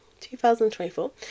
2024